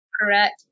correct